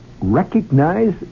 recognize